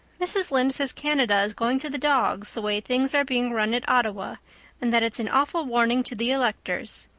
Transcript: mrs. lynde says canada is going to the dogs the way things are being run at ottawa and that it's an awful warning to the electors.